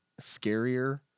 scarier